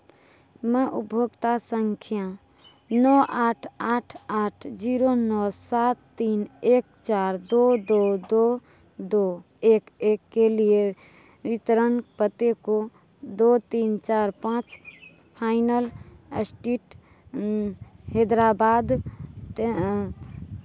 मैं उपभोगता संख्या नौ आठ आठ आठ जीरो नौ सात तीन एक चार दो दो दो दो एक एक के लिए वितरण पते को दो तीन चार पाँच फाइनल अस्ट्रीट हैदराबाद